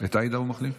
הוא מחליף.